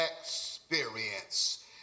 experience